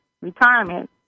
retirement